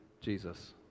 Jesus